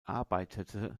arbeitete